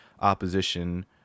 opposition